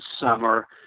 summer